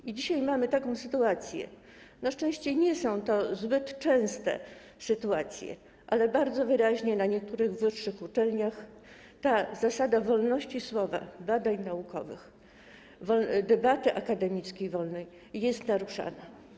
I dzisiaj mamy taką sytuację - na szczęście nie są to zbyt częste przypadki - że bardzo wyraźnie na niektórych wyższych uczelniach ta zasada wolności słowa, badań naukowych, wolnej debaty akademickiej jest naruszana.